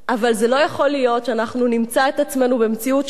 אבל לא יכול להיות שאנחנו נמצא את עצמנו במציאות שבה,